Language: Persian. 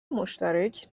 مشترک